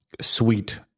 sweet